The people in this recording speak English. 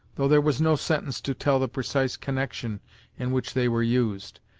though there was no sentence to tell the precise connection in which they were used.